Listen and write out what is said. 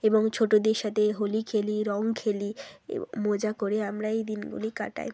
এবং ছোটদের সাথে হোলি খেলি রং খেলি এ মজা করে আমরা এই দিনগুলি কাটাই